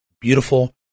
beautiful